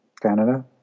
Canada